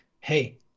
hey